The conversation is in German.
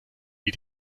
die